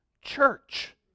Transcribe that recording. church